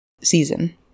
season